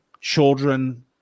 children